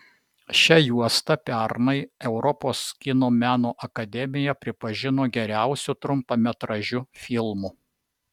šią juostą pernai europos kino meno akademija pripažino geriausiu trumpametražiu filmu